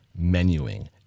menuing